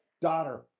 daughter